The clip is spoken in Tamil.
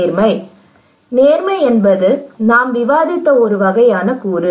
நேர்மை நேர்மை என்பது நாம் விவாதித்த ஒரு வகையான கூறு